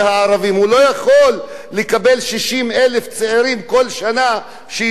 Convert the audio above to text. הוא לא יכול לקבל 60,000 צעירים כל שנה שישרתו.